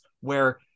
where-